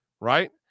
right